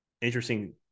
interesting